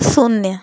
शून्य